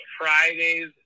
Friday's